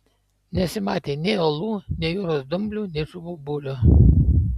nesimatė nei uolų nei jūros dumblių nei žuvų būrio